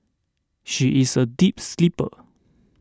she is a deep sleeper